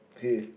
okay